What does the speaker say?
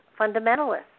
fundamentalists